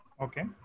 Okay